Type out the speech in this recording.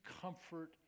comfort